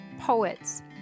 poets